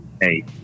hey